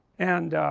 and